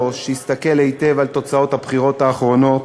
שיסתכל היטב על תוצאות הבחירות האחרונות,